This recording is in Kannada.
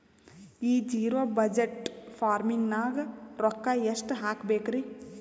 ಈ ಜಿರೊ ಬಜಟ್ ಫಾರ್ಮಿಂಗ್ ನಾಗ್ ರೊಕ್ಕ ಎಷ್ಟು ಹಾಕಬೇಕರಿ?